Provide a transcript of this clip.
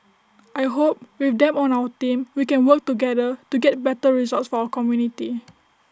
I hope with them on our team we can work together to get better results for our community